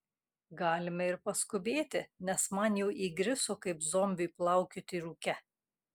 galime ir paskubėti nes man jau įgriso kaip zombiui plaukioti rūke